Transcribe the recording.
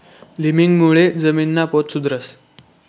लिमिंगमुळे जमीनना पोत सुधरस